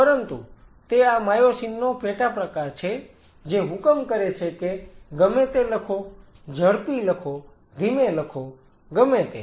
પરંતુ તે આ માયોસિન નો પેટા પ્રકાર છે જે હુકમ કરે છે કે ગમે તે લખો ઝડપી લખો ધીમેં લખો ગમે તે